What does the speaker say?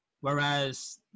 whereas